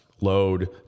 load